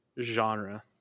genre